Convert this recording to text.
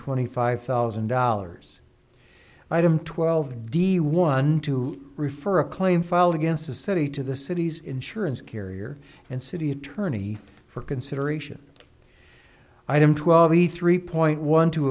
twenty five thousand dollars item twelve d one to refer a claim filed against the city to the city's insurance carrier and city attorney for consideration item twelve a three point one to